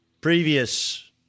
previous